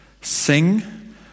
sing